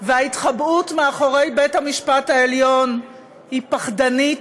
ההתחבאות מאחורי בית-המשפט העליון היא פחדנית,